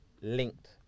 linked